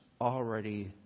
already